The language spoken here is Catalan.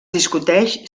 discuteix